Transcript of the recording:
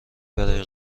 برای